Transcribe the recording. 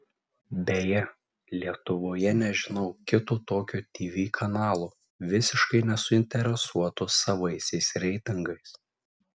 beje lietuvoje nežinau kito tokio tv kanalo visiškai nesuinteresuoto savaisiais reitingais